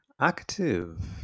active